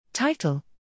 Title